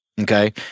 Okay